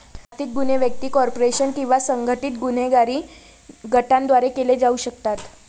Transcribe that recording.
आर्थिक गुन्हे व्यक्ती, कॉर्पोरेशन किंवा संघटित गुन्हेगारी गटांद्वारे केले जाऊ शकतात